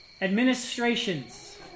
Administrations